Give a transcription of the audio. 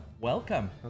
welcome